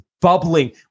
bubbling